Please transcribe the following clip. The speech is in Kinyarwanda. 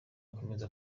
akomeza